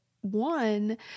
one